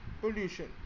pollution